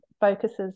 focuses